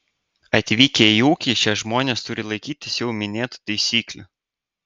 atvykę į ūkį šie žmonės turi laikytis jau minėtų taisyklių